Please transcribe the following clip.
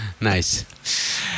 Nice